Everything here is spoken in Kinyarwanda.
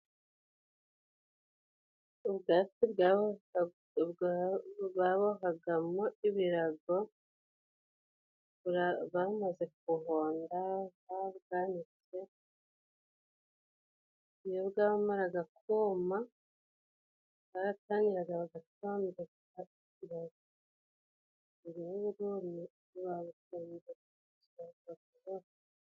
Ubwatsi bwa bwavagamyo ibirago, bamaze kuhonda bwanitse, Iyo bwamaraga kuma bahatangiraga bagapfa migunguni bafu.